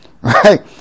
Right